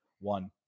one